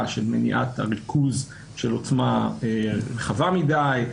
של מניעת הריכוז של עוצמה רחבה מדי,